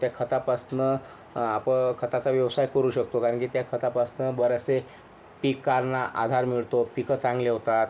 त्या खतापासून आपण खताचा व्यवसाय करू शकतो कारण की त्या खतापासनं बरेचसे पिकांना आधार मिळतो पिकं चांगली होतात